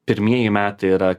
pirmieji metai yra